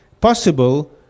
possible